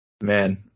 Man